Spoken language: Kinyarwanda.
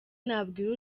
nabwira